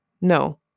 No